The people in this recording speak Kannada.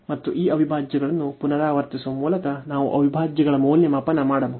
ಮತ್ತು ಈ ಅವಿಭಾಜ್ಯಗಳನ್ನು ಪುನರಾವರ್ತಿಸುವ ಮೂಲಕ ನಾವು ಅವಿಭಾಜ್ಯಗಳ ಮೌಲ್ಯಮಾಪನ ಮಾಡಬಹುದು